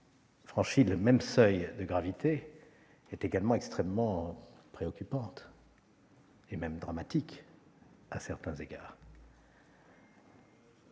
franchi le même seuil de gravité, est également extrêmement préoccupante, et même dramatique à certains égards.